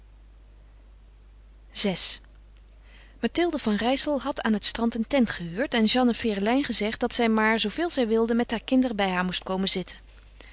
vi mathilde van rijssel had aan het strand een tent gehuurd en jeanne ferelijn gezegd dat zij maar zooveel zij wilde met haar kinderen bij haar moest komen zitten